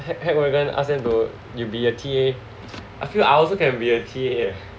Hackwagon ask them to you be a T_A I feel I also can be a T_A